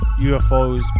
UFOs